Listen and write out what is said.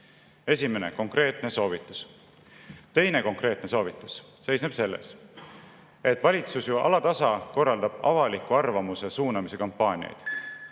Esimene konkreetne soovitus. Teine konkreetne soovitus seisneb selles, et valitsus ju alatasa korraldab avaliku arvamuse suunamise kampaaniaid.